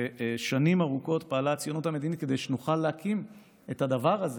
ושנים ארוכות פעלה הציונות המדינית כדי שנוכל להקים את הדבר הזה